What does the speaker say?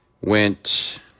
went